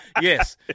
Yes